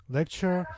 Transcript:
lecture